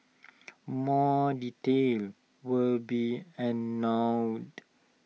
more details will be